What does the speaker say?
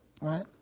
Right